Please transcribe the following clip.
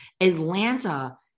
Atlanta